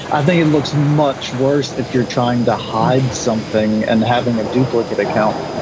i think it looks much worse if you're trying to hide something and having a duplicate account,